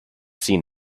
seen